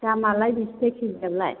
दामआलाय बेसेथो केजियावलाय